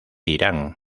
irán